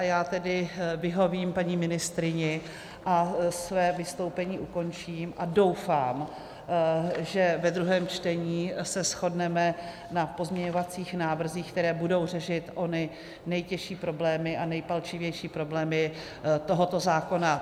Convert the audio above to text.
Já tedy vyhovím paní ministryni a své vystoupení ukončím a doufám, že ve druhém čtení se shodneme na pozměňovacích návrzích, které budou řešit ony nejtěžší problémy a nejpalčivější problémy tohoto zákona.